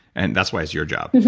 and that's why it's your job.